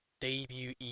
debut